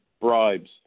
bribes